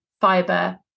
fiber